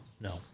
No